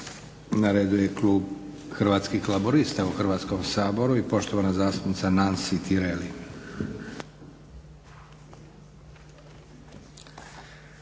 Na redu je Klub Hrvatskih laburista u Hrvatskom saboru i poštovana zastupnica Nansi Tireli.